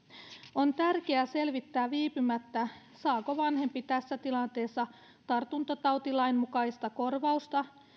on tärkeä selvittää viipymättä saako vanhempi tässä tilanteessa tartuntatautilain mukaista korvausta